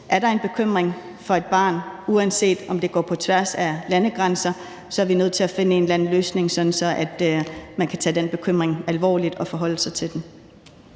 er der en bekymring for et barn, uanset at det går på tværs af landegrænser, er vi nødt til at finde en eller anden løsning, så man kan tage den bekymring alvorligt og forholde sig til den.